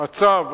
הצו,